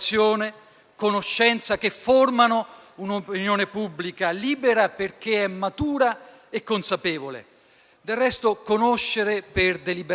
conoscenza, che formano un'opinione pubblica libera perché è matura e consapevole. Del resto, conoscere per deliberare,